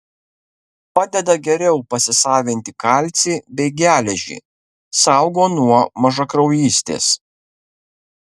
padeda geriau pasisavinti kalcį bei geležį saugo nuo mažakraujystės